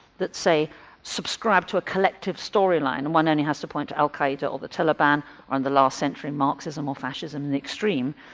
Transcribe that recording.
that say subscribe to a collective story line and one only has to point to al qaeda or the taliban or in the last century marxism or fascism in the extreme,